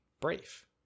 brave